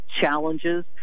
challenges